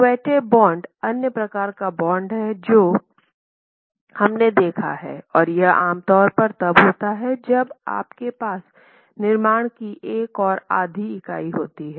Quetta bond अन्य प्रकार का बांड है जो हमने देखा है और यह आम तौर पर तब होता है जब आपके पास निर्माण की एक और आधी इकाई होती है